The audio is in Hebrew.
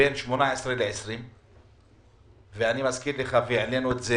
בגילאי 18-20. אני מזכיר לך שהעלינו את זה